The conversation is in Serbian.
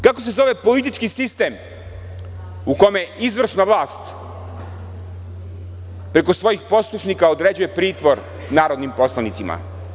Kako se zove politički sistem u kome izvršna vlast preko svojih poslušnika određuje pritvor narodnim poslanicima?